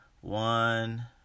one